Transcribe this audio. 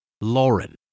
Lauren